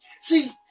see